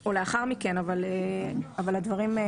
או לאחר מכן, אבל הדברים הם